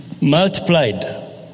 multiplied